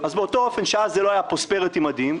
אז באותו אופן שאז זה לא היה פרוספריטי מדהים,